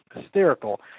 hysterical